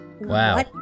Wow